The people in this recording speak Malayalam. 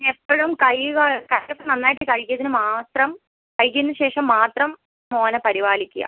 പിന്നെ ഇപ്പോഴും നന്നായിട്ട് കയ്യൊക്കെ കഴുകിയതിന് മാത്രം കഴുകിയതിന് ശേഷം മാത്രം മോനെ പരിപാലിക്കുക